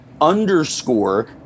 Underscore